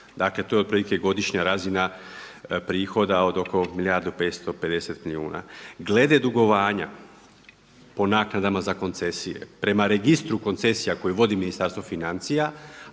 Dakle to je otprilike godišnja razina prihoda od oko milijardu 550 milijuna. Glede dugovanja po naknadama za koncesije, prema Registru koncesija koje vodi Ministarstvo financija,